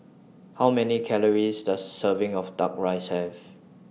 How Many Calories Does A Serving of Duck Rice Have